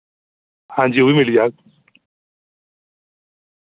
हांजी ओ बी मिली जाह्ग